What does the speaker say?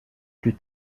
plus